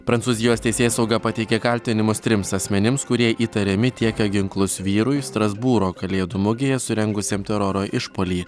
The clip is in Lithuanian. prancūzijos teisėsauga pateikė kaltinimus trims asmenims kurie įtariami tiekę ginklus vyrui strasbūro kalėdų mugėje surengusiam teroro išpuolį